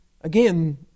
again